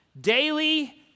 daily